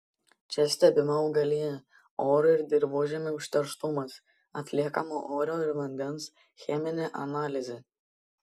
čia stebima augalija oro ir dirvožemio užterštumas atliekama oro ir vandens cheminė analizė